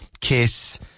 Kiss